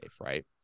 right